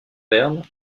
vern